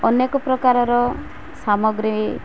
ଅନେକ ପ୍ରକାରର ସାମଗ୍ରୀ